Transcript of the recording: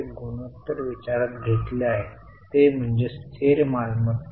हे खूप चांगले चिन्ह आहे